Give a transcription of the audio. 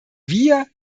wir